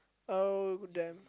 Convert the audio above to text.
oh damn